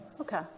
Okay